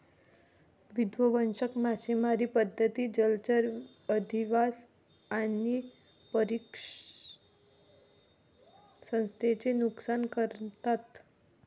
विध्वंसक मासेमारी पद्धती जलचर अधिवास आणि परिसंस्थेचे नुकसान करतात